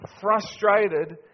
frustrated